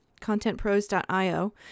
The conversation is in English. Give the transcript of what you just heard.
contentpros.io